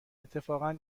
اتفاقا